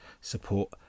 support